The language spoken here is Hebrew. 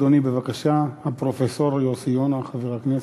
אדוני, בבקשה, פרופסור יוסי יונה, חבר הכנסת.